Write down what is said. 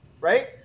right